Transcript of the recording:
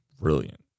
brilliant